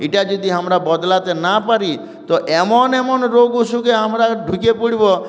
এটা যদি আমরা বদলাতে না পারি সোয়াংটা তো এমন এমন রোগ অসুখে আমরা ঢুকে পড়ব